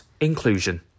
Inclusion